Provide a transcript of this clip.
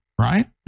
right